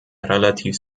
relativ